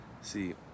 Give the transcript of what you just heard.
See